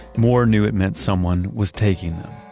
moore knew it meant someone was taking them.